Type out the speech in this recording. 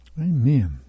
Amen